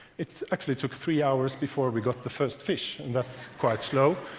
it actually took three hours before we got the first fish, and that's quite slow.